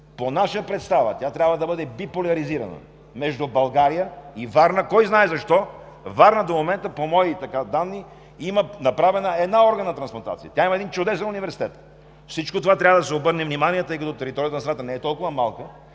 по наша представа тя трябва да бъде биполяризирана. Между София и Варна – кой знае защо, Варна – по мои данни, има направена една органна трансплантация, а тя има чудесен университет. На всичко това трябва да се обърне внимание, тъй като територията на страната не е толкова малка,